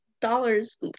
dollars